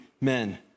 men